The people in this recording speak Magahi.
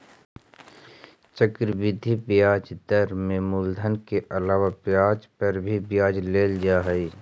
चक्रवृद्धि ब्याज दर में मूलधन के अलावा ब्याज पर भी ब्याज लेल जा हई